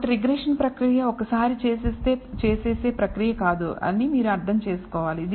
కాబట్టిరిగ్రెషన్ ప్రక్రియ అనేది ఒక్కసారి చేసేసే ప్రక్రియ కాదు అని మీరు అర్థం చేసుకోవాలి